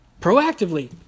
proactively